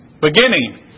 Beginning